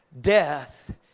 Death